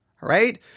right